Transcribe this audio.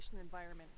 environment